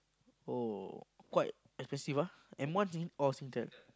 oh quite expensive ah M-one Sing~ or Singtel